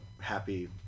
happy